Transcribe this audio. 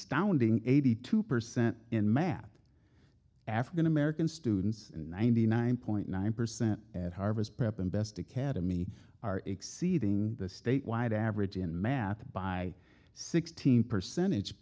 astounding eighty two percent in math african american students ninety nine point nine percent at harvard's prep and best academy are exceeding the statewide average in math by sixteen percentage